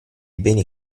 beni